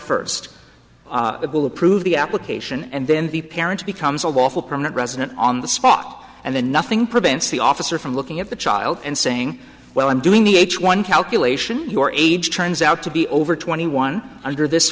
first will approve the application and then the parent becomes a lawful permanent resident on the spot and then nothing prevents the officer from looking at the child and saying well i'm doing the h one calculation your age turns out to be over twenty one under this